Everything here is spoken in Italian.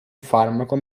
farmaco